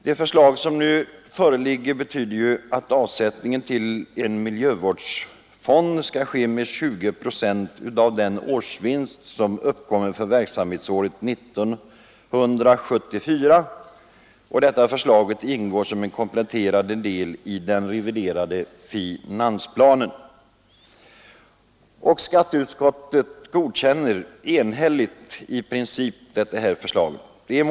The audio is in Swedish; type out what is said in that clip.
Det förslag som nu föreligger betyder att avsättning till miljövårdsfond skall ske med 20 procent av vinst som uppkommer för verksamhetsåret 1974, och detta förslag ingår som en del i den reviderade finansplanen. Skatteutskottet godkänner enhälligt detta förslag i princip.